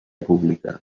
pública